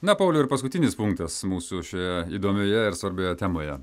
na pauliau ir paskutinis punktas mūsų šioje įdomioje ir svarbioje temoje